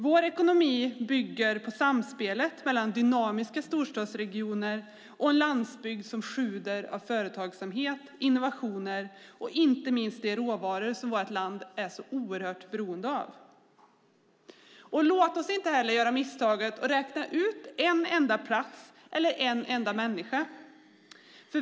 Vår ekonomi bygger på samspelet mellan dynamiska storstadsregioner och en landsbygd som sjuder av företagsamhet, innovationer och inte minst de råvaror som vårt land är så oerhört beroende av. Låt oss inte heller göra misstaget att räkna ut en enda plats eller en enda människa.